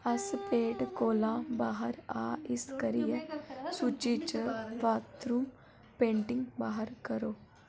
अस पेट कोला बाह्र आं इस करियै सूची च बाथरूम पेंटिंग बाह्र करो